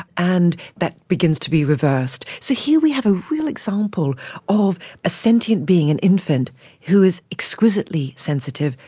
and that begins to be reversed. so here we have a real example of a sentient being, an infant who is exquisitely sensitive,